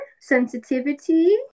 sensitivity